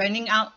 running out